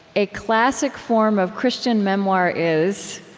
a classic form of christian memoir is,